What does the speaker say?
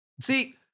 See